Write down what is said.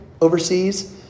overseas